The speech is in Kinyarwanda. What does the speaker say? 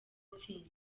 yatsinzwe